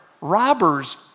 robbers